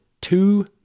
two